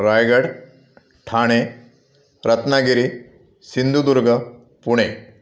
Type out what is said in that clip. Raigad Thane Ratnagiri Sindhudurg Pune